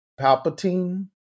Palpatine